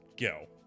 Go